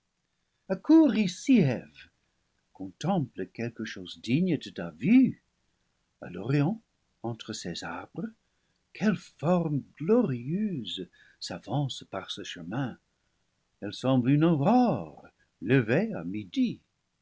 ici eve contemple quelque chose digne de ta vue à l'orient entre ces arbres quelle forme glorieuse s'avance par ce chemin elle semble une aurore levée à midi